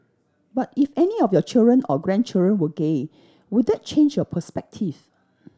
but if any of your children or grandchildren were gay would that change your perspective